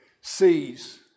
sees